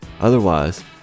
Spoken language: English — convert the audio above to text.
Otherwise